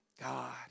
God